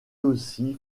aussi